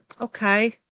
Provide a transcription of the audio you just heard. okay